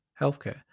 healthcare